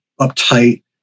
uptight